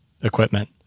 equipment